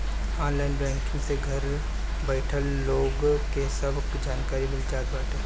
online banking से घर बइठल लोन के सब जानकारी मिल जात बाटे